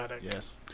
Yes